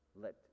let